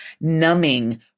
numbing